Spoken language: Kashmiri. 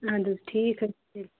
اَدٕ حظ ٹھیٖک حظ چھُ تیٚلہِ